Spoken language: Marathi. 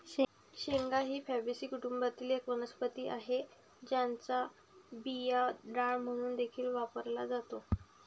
शेंगा ही फॅबीसी कुटुंबातील एक वनस्पती आहे, ज्याचा बिया डाळ म्हणून देखील वापरला जातो